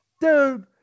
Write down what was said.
dude